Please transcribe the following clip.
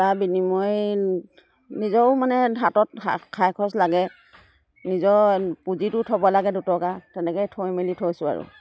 তাৰ বিনিময়ত নিজেও মানে হাতত খাই খৰচ লাগে নিজৰ পুঁজিটো থ'ব লাগে দুটকা তেনেকৈয়ে থৈ মেলি থৈছোঁ আৰু